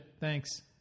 Thanks